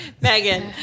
Megan